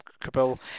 Kabul